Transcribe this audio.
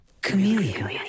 Chameleon